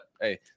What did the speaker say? hey